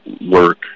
work